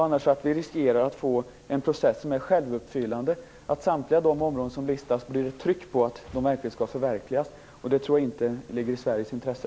Annars riskerar vi att få en självuppfyllande process, där det blir ett tryck på att listorna skall förverkligas inom samtliga områden i fråga. Jag tror inte att det ligger i Sveriges intresse.